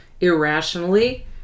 Irrationally